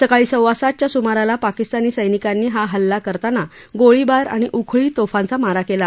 सकाळी सव्वा सातच्या सुमाराला पाकिस्तानी सैनिकांनी हा हल्ला करताना गोळीबार आणि उखळी तोफांचा मारा कस्ना